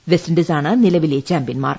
വെസ്റ്റിൻഡീസാണ് നിലവിലെ ചാമ്പ്യന്മാർ